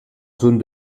zone